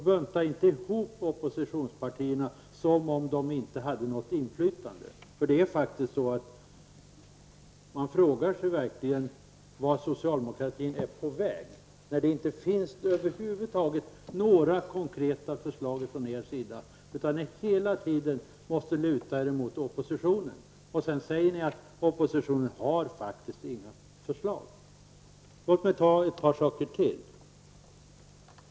Bunta inte ihop oppositionspartierna som om de inte hade något inflytande. Man frågar sig verkligen vart socialdemokratin är på väg när det över huvud taget inte finns några konkreta förslag från er sida. Ni måste hela tiden luta er mot oppositionen, men sedan säger ni att oppositionen inte har några förslag. Låt mig ta ett par saker till.